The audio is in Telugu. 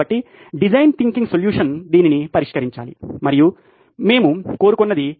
కాబట్టి డిజైన్ థింకింగ్ సొల్యూషన్ దీనిని పరిష్కరించాలి మరియు ఇది మేము కోరుతున్నది